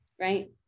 Right